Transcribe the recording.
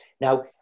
Now